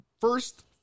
first